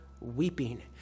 weeping